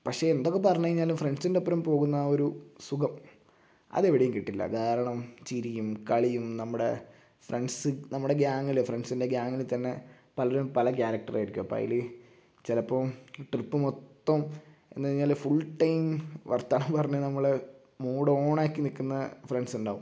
പക്ഷേ എന്തൊക്കെ പറഞ്ഞു കഴിഞ്ഞാലും ഫ്രണ്ട്സിൻ്റെ ഒപ്പം പോകുന്ന ഒരു സുഖം അത് എവിടെയും കിട്ടില്ല കാരണം ചിരിയും കളിയും നമ്മുടെ ഫ്രണ്ട്സ് നമ്മുടെ ഗ്യാങ്ങിൽ ഫ്രണ്ട്സിൻ്റെ ഗ്യാങ്ങിൽ തന്നെ പലരും പല ക്യാരക്ടർ ആയിരിക്കും അപ്പം അതിൽ ചിലപ്പോൾ ട്രിപ്പ് മൊത്തവും എന്ന് പറഞ്ഞു കഴിഞ്ഞാൽ ഫുൾ ടൈം വർത്തമാനം പറഞ്ഞ് നമ്മൾ മൂഡ് ഓൺ ആക്കി നിൽക്കുന്ന ഫ്രണ്ട്സ് ഉണ്ടാവും